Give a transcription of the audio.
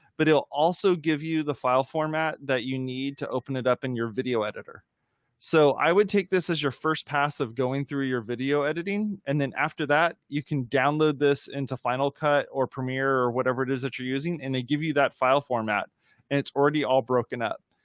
but it'll also give you the file format that you need to open it up in your video editor so i would take this as your first pass of going through your video editing, and then after that you can download this into final cut or premiere or whatever it is that you're using, and they give you that file format and it's already all broken up.